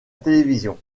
télévision